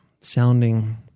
sounding